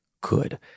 good